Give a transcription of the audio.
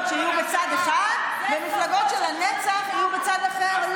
שיהיו בצד אחד ומפלגות שלנצח יהיו בצד אחר.